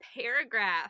paragraph